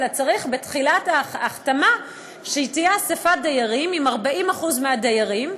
אלא צריך בתחילת ההחתמה שתהיה אספת דיירים עם 40% מהדיירים.